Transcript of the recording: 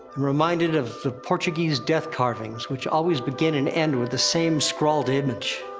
reminded of the portuguese death carvings, which always begin and end with the same scrawled image.